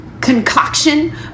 concoction